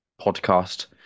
podcast